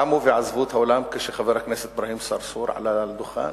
קמו ועזבו את האולם כשחבר הכנסת אברהים צרצור עלה לדוכן.